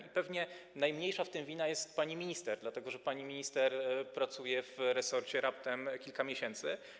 I pewnie najmniejsza w tym wina jest pani minister, dlatego że pani minister pracuje w resorcie raptem kilka miesięcy.